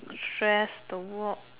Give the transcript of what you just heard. stress the work